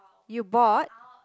you bought